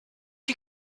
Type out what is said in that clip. you